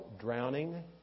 drowning